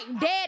dead